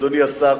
אדוני השר,